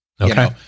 Okay